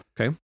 Okay